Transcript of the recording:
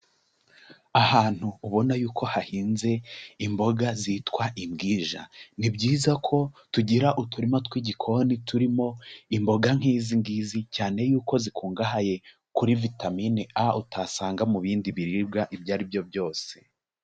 Ahantu ubona yuko hahinze imboga zitwa imbwija, ni byiza ko tugira uturima tw'igikoni turimo imboga nk'izi ngizi, cyane yuko zikungahaye kuri vitamine A utasanga mu bindi biribwa ibyo ari byo byose.